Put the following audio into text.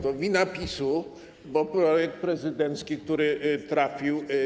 To wina PiS-u, bo projekt prezydencki, który trafił.